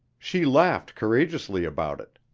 she laughed courageously about it.